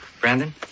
Brandon